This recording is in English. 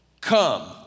come